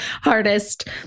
hardest